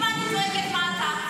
אם אני צועקת, מה אתה?